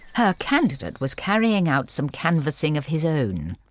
her candidate was carrying out some canvassing of his own.